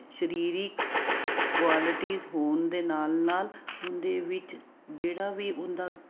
ਸਰੀਰਕ ਕੁਆਲਿਟੀਸ ਹੋਣ ਦੇ ਨਾਲ ਨਾਲ ਉਹਦੇ ਵਿੱਚ ਜਿਹੜਾ ਵੀ ਉਹਦਾ